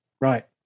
Right